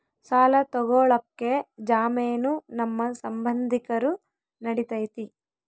ಸಾಲ ತೊಗೋಳಕ್ಕೆ ಜಾಮೇನು ನಮ್ಮ ಸಂಬಂಧಿಕರು ನಡಿತೈತಿ?